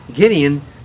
Gideon